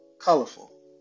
colorful